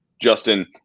Justin